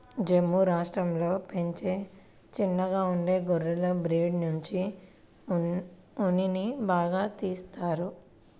జమ్ము రాష్టంలో పెంచే చిన్నగా ఉండే గొర్రెల బ్రీడ్ నుంచి ఉన్నిని బాగా తీత్తారు